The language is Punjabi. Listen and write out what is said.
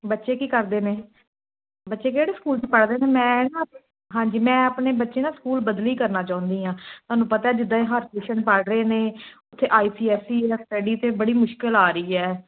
ਬੱਚੇ ਕੀ ਕਰਦੇ ਨੇ ਬੱਚੇ ਕਿਹੜੇ ਸਕੂਲ 'ਚ ਪੜ੍ਹ ਰਹੇ ਨੇ ਮੈਂ ਨਾ ਹਾਂਜੀ ਮੈਂ ਆਪਣੇ ਬੱਚੇ ਨਾ ਸਕੂਲ ਬਦਲੀ ਕਰਨਾ ਚਾਹੁੰਦੀ ਹਾਂ ਤੁਹਾਨੂੰ ਪਤਾ ਜਿੱਦਾਂ ਇਹ ਹਰਕਿਸ਼ਨ ਪੜ੍ਹ ਰਹੇ ਨੇ ਉੱਥੇ ਆਈ ਸੀ ਐੱਸ ਈ ਆ ਸਟੱਡੀ ਤਾਂ ਬੜੀ ਮੁਸ਼ਕਿਲ ਆ ਰਹੀ ਹੈ